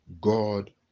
God